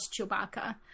Chewbacca